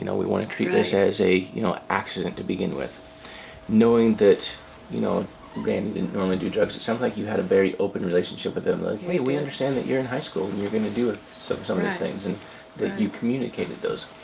you know we wanna treat this as an you know accident to begin with knowing that you know randy didn't normally do drugs, it sounds like you had a very open relationship with him like, hey, we understand that you're in high school and you're gonna do so some of these things and that you communicated those.